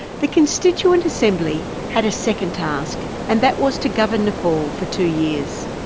the constituent assembly had a second task, and that was to govern nepal for two years.